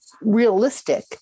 realistic